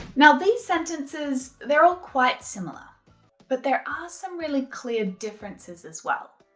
now these sentences, they're all quite similar but there are some really clear differences as well.